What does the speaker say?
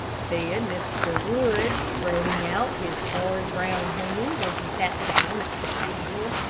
said mr. wood, spreading out his hard, brown hands, as he sat down at the table.